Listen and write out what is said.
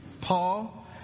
Paul